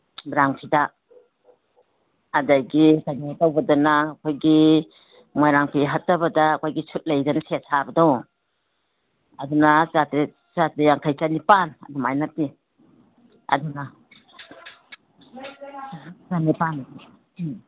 brown ꯐꯤꯗ ꯑꯗꯒꯤ ꯀꯩꯅꯣ ꯇꯧꯕꯗꯅ ꯑꯩꯈꯣꯏꯒꯤ ꯃꯣꯏꯔꯥꯡ ꯐꯤ ꯍꯠꯇꯕꯗ ꯑꯩꯈꯣꯏꯒꯤ ꯁꯨꯠ ꯂꯩꯗꯅ ꯁꯦꯠ ꯁꯥꯕꯗꯣ ꯑꯗꯨꯅ ꯆꯥꯇꯔꯦꯠ ꯆꯥꯇꯔꯦꯠ ꯌꯥꯡꯈꯩ ꯆꯅꯤꯄꯥꯜ ꯑꯗꯨꯃꯥꯏꯅ ꯄꯤ ꯑꯗꯨꯅ ꯆꯅꯤꯄꯥꯜ ꯎꯝ